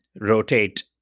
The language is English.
rotate